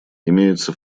имеются